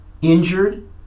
injured